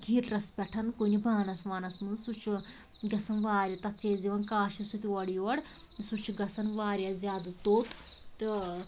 ہیٖٹرَس پٮ۪ٹھ کُنہِ بانَس وانَس مَنٛز سُہ چھُ گَژھان واریاہ تتھ چھِ أسۍ دِوان کاشوہٕ سۭتۍ اورٕ یور سُہ چھُ گَژھان واریاہ زیادٕ توٚت تہٕ